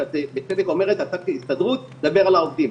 שאת בצדק אומרת: אתה כהסתדרות דבר על העובדים.